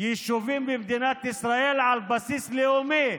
יישובים במדינת ישראל על בסיס לאומי.